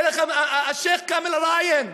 דרך השיח' כאמל ריאן,